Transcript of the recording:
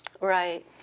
Right